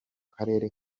karere